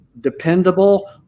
dependable